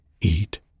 eat